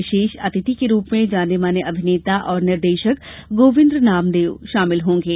विशेष अतिथि के रूप में जाने माने अभिनेता और निर्देशक गोविन्द्र नामदेव शामिल होंगे